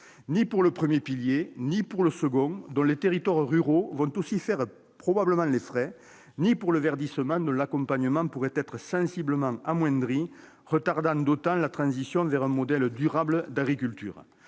du premier pilier, du second, dont les territoires ruraux vont aussi probablement faire les frais, ou du « verdissement », dont l'accompagnement pourrait être sensiblement amoindri, ce qui retardera d'autant la transition vers un modèle durable d'agriculture.